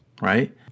right